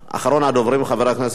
אחרון הדוברים, חבר הכנסת בן-ארי.